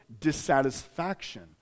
dissatisfaction